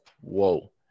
whoa